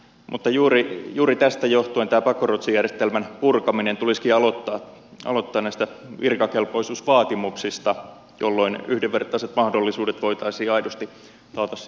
mutta juuri tästä johtuen tämä pakkoruotsijärjestelmän purkaminen tulisikin aloittaa näistä virkakelpoisuusvaatimuksista jolloin yhdenvertaiset mahdollisuudet voitaisiin aidosti taata sitten myös tulevaisuudessa